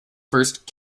first